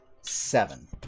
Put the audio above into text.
seven